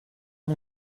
mon